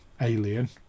alien